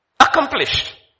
Accomplished